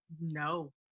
No